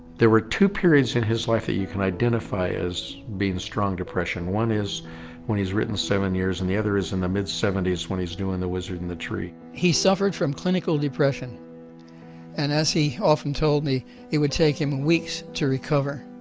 there were two periods in his life that you can identify as being strong depression. one is when he's written seven years and the other is in the mid seventy s when he's doing the wizard in the tree. he suffered from clinical depression and as he often told me it would take him weeks to recover